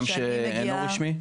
גם שאינו רשמי?